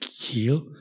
heal